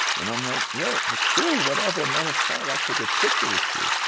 and i'm like, yo, ah cool, whatever. matter of fact, i'll take a picture with you.